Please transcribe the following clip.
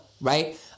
Right